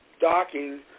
docking